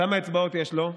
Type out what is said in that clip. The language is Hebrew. כמה אצבעות יש לו?